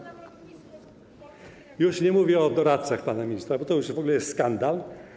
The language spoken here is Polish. Nie mówię o doradcach pana ministra, bo to już w ogóle jest skandal.